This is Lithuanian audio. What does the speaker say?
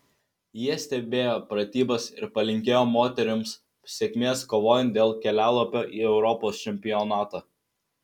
jie stebėjo pratybas ir palinkėjo moterims sėkmės kovojant dėl kelialapio į europos čempionatą